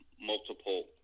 multiple